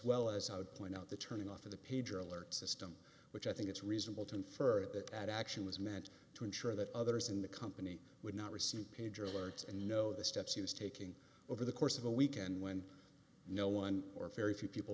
well as i would point out the turning off of the pager alert system which i think it's reasonable to infer that that action was meant to ensure that others in the company would not receive pager alerts and know the steps he was taking over the course of a weekend when no one or very few people